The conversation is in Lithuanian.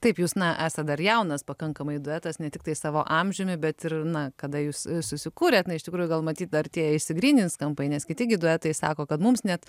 taip jūs na esą dar jaunas pakankamai duetas ne tiktai savo amžiumi bet ir na kada jūs susikūrėte na iš tikrųjų gal matyt artėja išsigrynins kampą nes kiti gi duetai sako kad mums net